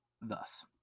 thus